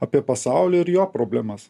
apie pasaulį ir jo problemas